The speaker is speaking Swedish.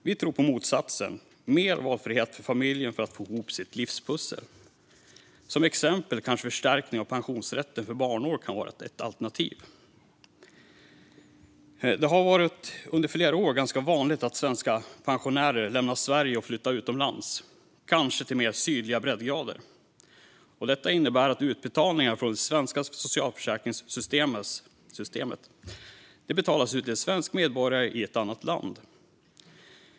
Vi tror på motsatsen: mer valfrihet för familjen för att få ihop livspusslet. Exempelvis kanske förstärkning av pensionsrätten för barnår kan vara ett alternativ. Det har under flera år varit ganska vanligt att svenska pensionärer lämnar Sverige och flyttar utomlands, kanske till mer sydliga breddgrader. Detta innebär att utbetalningar från det svenska socialförsäkringssystemet går till svenska medborgare i ett annat land.